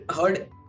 heard